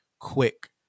Quick